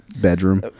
bedroom